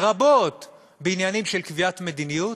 בעניינים של קביעת מדיניות,